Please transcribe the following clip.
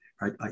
right